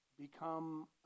become